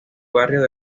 barrio